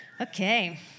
Okay